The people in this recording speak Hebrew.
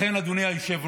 לכן, אדוני היושב-ראש,